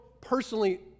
personally